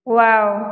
wow